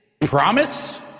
Promise